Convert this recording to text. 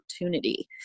opportunity